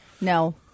no